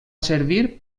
servir